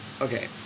okay